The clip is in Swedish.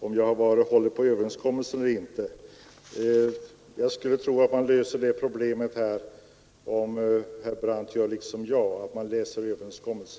om jag står för överenskommelsen eller inte. Jag skulle tro att den tvisten löser sig, om herr Brandt gör som jag, dvs. läser vad som står i överenskommelsen.